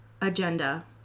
agenda